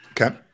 Okay